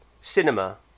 cinema